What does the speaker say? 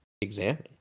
examine